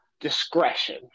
discretion